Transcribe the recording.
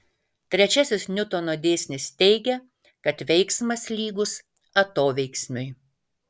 trečiasis niutono dėsnis teigia kad veiksmas lygus atoveiksmiui